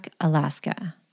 Alaska